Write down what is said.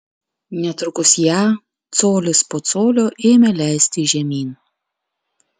netrukus ją colis po colio ėmė leisti žemyn